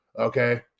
okay